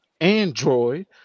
Android